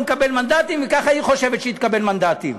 מקבל מנדטים וככה היא חושבת שהיא תקבל מנדטים?